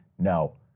No